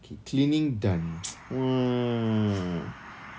okay cleaning done !wah!